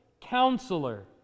Counselor